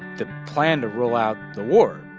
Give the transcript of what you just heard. the plan to rule out the war